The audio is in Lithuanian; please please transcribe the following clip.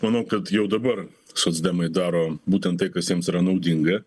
manau kad jau dabar socdemai daro būtent tai kas jiems yra naudinga